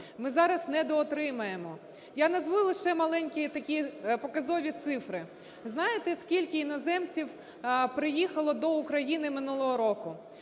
Ми зараз недоотримуємо. Я назву лише маленькі такі показові цифри. Знаєте, скільки іноземців приїхало до України минулого року?